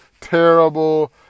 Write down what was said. terrible